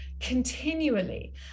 continually